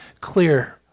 clear